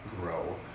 grow